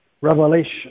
revelation